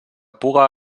puga